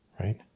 right